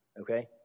okay